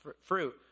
fruit